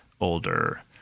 older